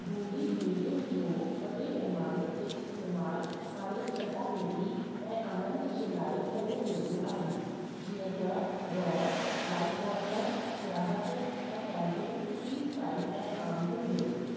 Dundee बे॒ड़ीयुनि जो वडे॒ पैमाने ते इस्तेमाल हाणे चटाभेटी ऐं आनंद जे लाइ कयो वेंदो आहे जींअ त डौड़ वाइट वाटर सियाहत ऐं कैम्पिंग फ्रीस्टाइल ऐं आम विंदुरु